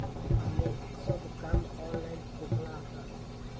एमे सब काम ऑनलाइन होखता